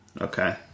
Okay